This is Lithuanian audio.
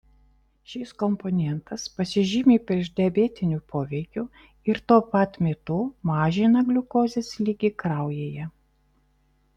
šis komponentas pasižymi priešdiabetiniu poveikiu ir tuo pat metu mažina gliukozės lygį kraujyje